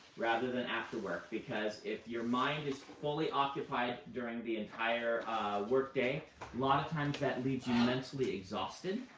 rather than after work. because if your mind is fully occupied during the entire workday, a lot of times that leaves you mentally exhausted